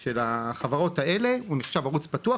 של החברות האלה, הוא נחשב ערוץ פתוח